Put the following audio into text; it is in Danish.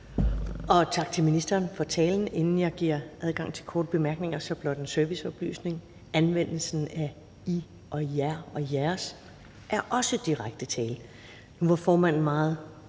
Tak til ministeren for talen. Inden jeg giver adgang til korte bemærkninger, har jeg blot en serviceoplysning: Anvendelsen af I, jer og jeres er også direkte tiltale. Nu var formanden meget